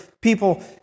people